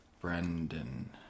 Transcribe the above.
Brendan